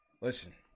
Listen